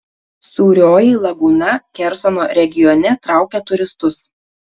sūrioji lagūna kersono regione traukia turistus